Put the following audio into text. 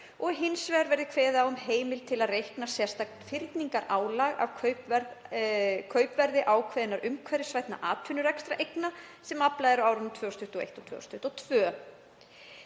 og hins vegar er kveðið á um heimild til að reikna sérstakt fyrningarálag af kaupverði ákveðinna umhverfisvænna atvinnurekstrareigna sem aflað er á árunum 2021 og 2022.